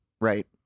Right